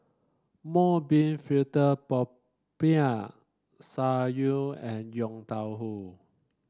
Mung Bean fritter Popiah Sayur and Yong Tau Foo